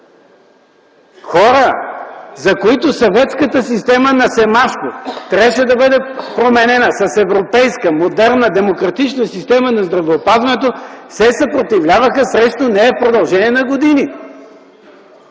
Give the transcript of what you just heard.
Хора, за които съветската система на Семашко трябваше да бъде променена с европейска, модерна, демократична система на здравеопазването, се съпротивляваха срещу нея в продължение на години.